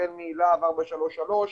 החל מלהב 433,